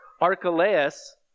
Archelaus